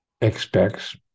expects